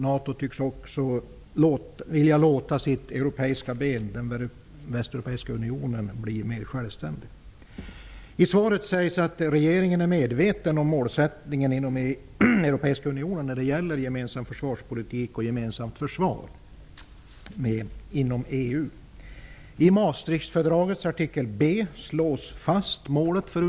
NATO tycks också vilja låta sitt europeiska ben, den västeuropeiska unionen, bli mera självständigt. I svaret sägs att regeringen är medveten om målsättningen inom den europeiska unionen när det gäller en gemensam försvarspolitik och ett gemensamt försvar. I artikel b i Maastrichtfördraget slås målet för unionen fast.